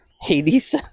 Hades